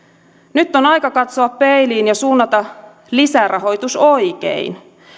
nyt on aika katsoa peiliin ja suunnata lisärahoitus oikein